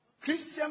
Christian